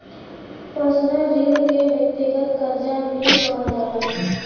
personal ऋण के व्यक्तिगत करजा भी कहल जाला